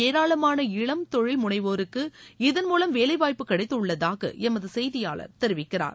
ஏராளமான இளம் தொழில் முனைவோருக்கு இதன் மூவம் வேலைவாய்ப்பு கிடைத்துள்ளதாக எம்து செய்தியாளர் தெரிவிக்கிறார்